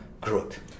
growth